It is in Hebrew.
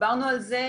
דיברנו על זה,